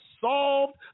solved